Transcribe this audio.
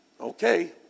Okay